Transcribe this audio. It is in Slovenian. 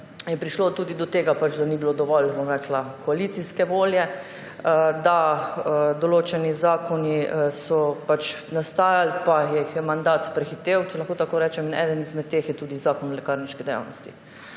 je prišlo tudi do tega, da ni bilo dovolj koalicijske volje, da so določeni zakoni nastajali, pa jih je mandat prehitel, če lahko tako rečem. Eden izmed teh je tudi Zakon o lekarniški dejavnosti.